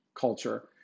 culture